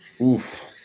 Oof